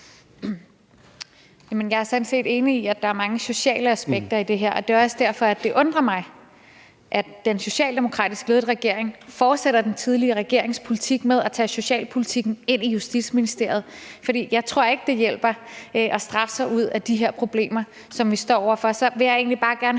set enig i, at der er mange sociale aspekter i det her, og det er også derfor, at det undrer mig, at den socialdemokratisk ledede regering fortsætter den tidligere regerings politik med at tage socialpolitikken ind i Justitsministeriet. For jeg tror ikke, det hjælper at straffe sig ud af de her problemer, som vi står over for. Så vil jeg egentlig bare gerne